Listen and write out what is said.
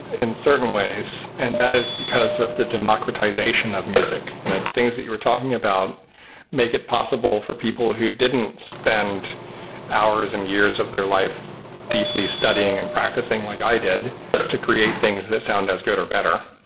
in certain ways, and that is because of the democratization of music. the things that you were talking about make it possible for people who didn't spend hours and years of their life deeply studying and practicing like i did to create things that sound as good or better.